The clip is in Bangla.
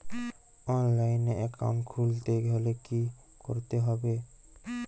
অনলাইনে একাউন্ট খুলতে হলে কি করতে হবে?